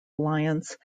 alliance